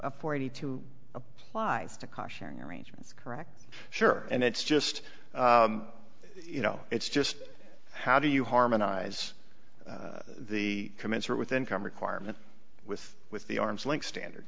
a forty two applies to caution arrangements correct sure and it's just you know it's just how do you harmonize the commensurate with income requirements with with the arm's length standard